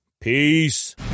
Peace